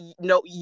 no